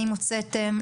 האם הוצאתם,